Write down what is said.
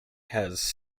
has